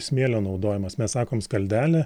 smėlio naudojimas mes sakom skaldelė